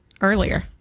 earlier